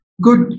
Good